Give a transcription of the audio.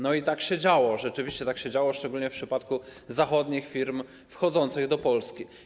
No i tak się działo, rzeczywiście tak się działo, szczególnie w przypadku zachodnich firm wchodzących do Polski.